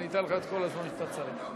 אני אתן לך את כל הזמן שאתה צריך.